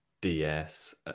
DS